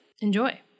Enjoy